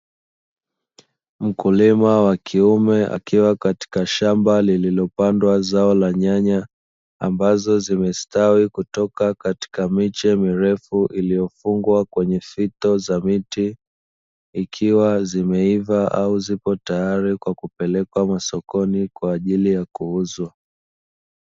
Mkulima wa kiume akiwa katika shamba lililopandwa zao la nyanya ambazo zimestawi kutoka katika miche mirefu iliyofungwa kwenye fito za miti, ikiwa zimeiva au zipo tayari kwa kupelekwa masokoni kwa ajili ya kuuzwa.